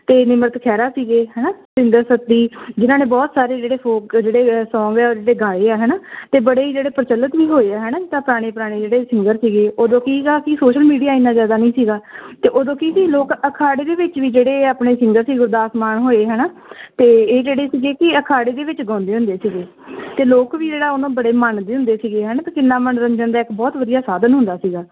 ਅਤੇ ਨਿਮਰਤ ਖਹਿਰਾ ਸੀਗੇ ਹੈ ਨਾ ਸਤਿੰਦਰ ਸੱਤੀ ਜਿਨ੍ਹਾਂ ਨੇ ਬਹੁਤ ਸਾਰੇ ਜਿਹੜੇ ਫੋਕ ਜਿਹੜੇ ਸੌਂਗ ਹੈ ਜਿਹੜੇ ਗਾਏ ਹੈ ਹੈ ਨਾ ਅਤੇ ਬੜੇ ਹੀ ਜਿਹੜੇ ਪ੍ਰਚੱਲਿਤ ਵੀ ਹੋਏ ਆ ਹੈ ਨਾ ਜਿੱਦਾਂ ਪੁਰਾਣੇ ਪੁਰਾਣੇ ਜਿਹੜੇ ਸਿੰਗਰ ਸੀਗੇ ਉਦੋਂ ਕੀ ਗਾ ਕਿ ਸੋਸ਼ਲ ਮੀਡੀਆ ਇੰਨਾ ਜ਼ਿਆਦਾ ਨਹੀਂ ਸੀਗਾ ਅਤੇ ਉਦੋਂ ਕੀ ਸੀ ਲੋਕ ਅਖਾੜੇ ਦੇ ਵਿੱਚ ਵੀ ਜਿਹੜੇ ਆਪਣੇ ਸਿੰਗਰ ਸੀ ਗੁਰਦਾਸ ਮਾਨ ਹੋਏ ਹੈ ਨਾ ਅਤੇ ਇਹ ਜਿਹੜੇ ਸੀਗੇ ਕਿ ਅਖਾੜੇ ਦੇ ਵਿੱਚ ਗਾਉਂਦੇ ਹੁੰਦੇ ਸੀਗੇ ਅਤੇ ਲੋਕ ਵੀ ਜਿਹੜਾ ਉਹਨੂੰ ਬੜੇ ਮੰਨਦੇ ਹੁੰਦੇ ਸੀਗੇ ਹੈ ਨਾ ਅਤੇ ਕਿੰਨਾ ਮੰਨੋਰੰਜਨ ਦਾ ਇੱਕ ਬਹੁਤ ਵਧੀਆ ਸਾਧਨ ਹੁੰਦਾ ਸੀਗਾ